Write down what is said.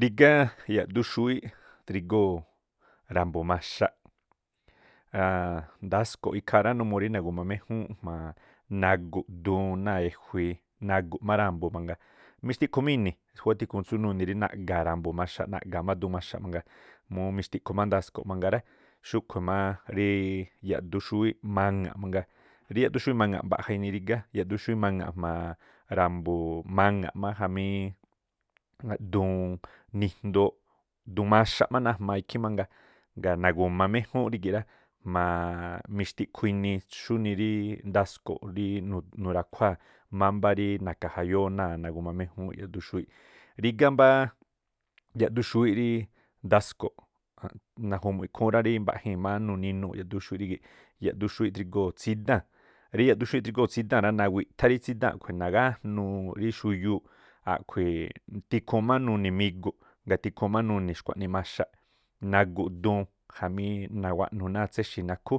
Rigá yaꞌdu xúwíꞌ drigóo̱ rambu̱ maxaꞌ, ndasko̱ꞌ ikhaa rá numuu nagu̱ma méjúún jma̱a nagu̱ꞌ duun náa̱ ejui̱i naguꞌ má ra̱mbu̱ mangaa mixtiꞌkhu má ini̱ khúwá tikhuun tsú naꞌga̱a̱ ra̱mbu̱ maxaꞌ, naꞌga̱a̱ má duun maxaꞌ mangaa múú mixtiꞌkhu má ndasko̱ꞌ mangaa rá. Xúꞌkhui̱ má rí yaꞌdu xúwíꞌ maŋa̱ꞌ mangaa, rí yaꞌdu xúwíꞌ maŋa̱ꞌ mbaꞌja̱ inii rígá, rí yaꞌdu xúwíꞌ maŋa̱ꞌ jma̱a ra̱mbu̱ maŋa̱ꞌ má jamí duun nijndooꞌ duun maxaꞌ má najmaa ikhí mangaa. Ngaa nagu̱ma méjúúnꞌ rígi̱ꞌ rá jma̱a̱ mixtikhu inii xúnii rí ndasko̱ rí nurákhuáa̱ rí mámbá rí na̱ka̱ jayóó náa̱ nagu̱ma méjúúnꞌ yaꞌdu xúwíꞌ. Rígá mbá yaꞌdu xúwíꞌ rí ndasko̱ꞌ ja̱nꞌ, naju̱mu̱ꞌ ikhúún rá rí mbaꞌjii̱n má nuninuu̱ꞌ yaꞌdu xúwíꞌ rígi̱ꞌ. Yaꞌdu xúwíꞌ drígóo̱ tsídáa̱n, rí yaꞌdu xúwíꞌ drígóo̱ tsídáa̱n rá, nawi̱ꞌthá rí tsídáa̱n a̱ꞌkhui̱ nagájnuu rí xuyuuꞌ, a̱ꞌkhui̱ tikhuun má nuni̱migu̱ꞌ, ngaa̱ tikhuun nuni̱ xkhua̱ꞌnii maxaꞌ, nagu̱ꞌ duun, jamí nawaꞌnu̱ náa̱ tséxi̱ nakhú